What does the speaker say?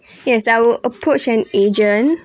yes I would approach an agent